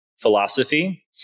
philosophy